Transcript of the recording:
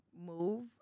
move